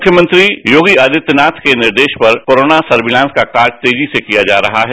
मुख्यमंत्री योगी आदित्यनाथ के निर्देश पर कोरोना सर्वितांत का कार्य तेजी से किया जा रहा है